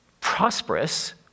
prosperous